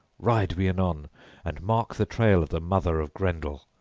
ride we anon, and mark the trail of the mother of grendel.